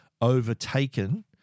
overtaken